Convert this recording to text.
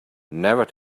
never